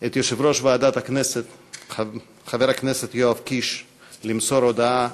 את יושב-ראש ועדת הכנסת חבר הכנסת יואב קיש למסור הודעה,